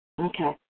Okay